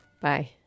Bye